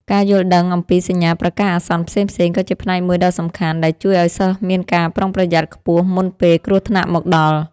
ការយល់ដឹងអំពីសញ្ញាប្រកាសអាសន្នផ្សេងៗ ក៏ជាផ្នែកមួយដ៏សំខាន់ដែលជួយឱ្យសិស្សមានការប្រុងប្រយ័ត្នខ្ពស់មុនពេលគ្រោះថ្នាក់មកដល់។